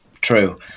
True